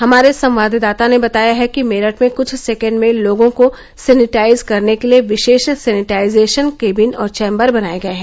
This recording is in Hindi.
हमारे संवाददाता ने बताया है कि मेरठ में कुछ सैकिण्ड में लोगो को सेनेटाइज करने के लिए विशेष सेनेटाइजेशन कैंबिन और चैम्बर बनाये गये हैं